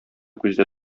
күздә